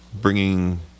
bringing